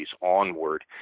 onward